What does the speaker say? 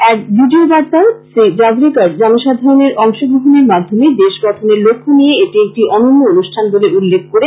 এক ভিডিও বার্তায় শ্রী জাভরেকর জনসাধারণের অংশগ্রহণের মাধ্যমে দেশ গঠনের লক্ষ্য নিয়ে এটি একটি অনন্য অনুষ্ঠান বলে উল্লেখ করেন